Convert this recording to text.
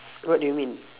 what do you mean